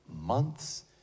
months